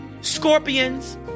scorpions